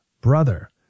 brother